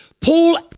Paul